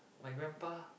my grandpa